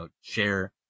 share